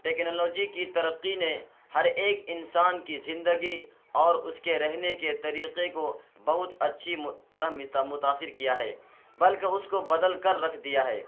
technology کی ترقی نے ہر ایک انسان کی زندگی اور اس کے رہنے کے طریقے کو بہت اچھی طرح متاثر کیا ہے بلکہ اس کو بدل کر رکھ دیا ہے